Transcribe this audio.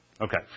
Okay